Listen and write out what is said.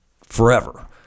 forever